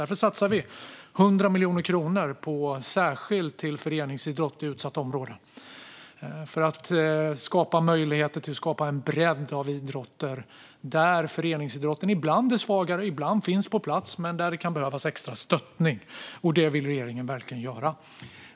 Vi satsar 100 miljoner kronor särskilt på föreningsidrott i utsatta områden, för att skapa möjlighet till en bredd av idrotter, där föreningsidrotten ibland är svagare och ibland finns på plats men kan behöva extra stöttning. Detta vill regeringen ge.